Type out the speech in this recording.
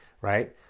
right